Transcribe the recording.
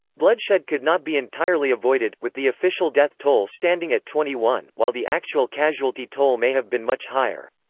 bloodshed could not be entirely avoided, with the official death toll standing at twenty one, while the actual casualty toll may have been much higher.